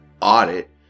audit